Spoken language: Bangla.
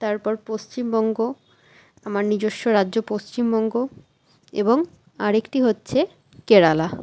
তারপর পশ্চিমবঙ্গ আমার নিজস্ব রাজ্য পশ্চিমবঙ্গ এবং আর একটি হচ্ছে কেরালা